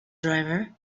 driver